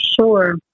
sure